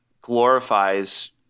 glorifies